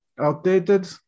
outdated